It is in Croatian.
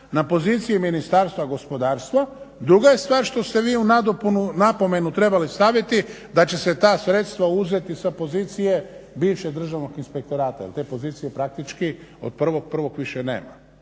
na poziciji Ministarstva gospodarstva. Druga je stvar što ste vi u nadopunu, u napomenu trebali staviti da će se ta sredstva uzeti sa pozicije bivše državnog inspektorata jer te pozicije praktički od 1.1. više nema.